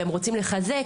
והם רוצים לחזק.